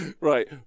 Right